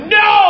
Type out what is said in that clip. no